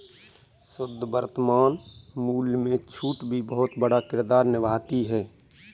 शुद्ध वर्तमान मूल्य में छूट भी बहुत बड़ा किरदार निभाती है